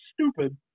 stupid